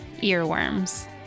earworms